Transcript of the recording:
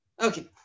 Okay